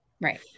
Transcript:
Right